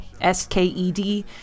S-K-E-D